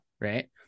right